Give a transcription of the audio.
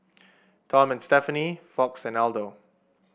Tom and Stephanie Fox and Aldo